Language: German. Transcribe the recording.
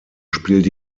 spielt